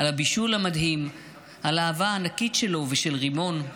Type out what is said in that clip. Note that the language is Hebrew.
על הבישול המדהים, על האהבה הענקית שלו ושל רימון,